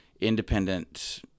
independent